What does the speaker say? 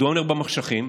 מדוע במחשכים?